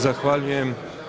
Zahvaljujem.